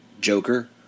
Joker